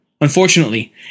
Unfortunately